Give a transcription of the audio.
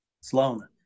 Sloan